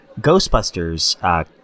Ghostbusters